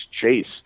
chase